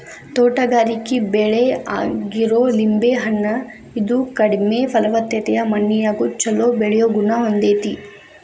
ತೋಟಗಾರಿಕೆ ಬೆಳೆ ಆಗಿರೋ ಲಿಂಬೆ ಹಣ್ಣ, ಇದು ಕಡಿಮೆ ಫಲವತ್ತತೆಯ ಮಣ್ಣಿನ್ಯಾಗು ಚೊಲೋ ಬೆಳಿಯೋ ಗುಣ ಹೊಂದೇತಿ